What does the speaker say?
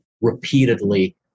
repeatedly